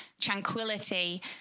tranquility